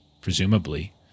presumably